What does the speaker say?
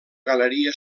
galeria